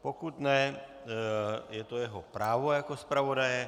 Pokud ne, je to jeho právo jako zpravodaje.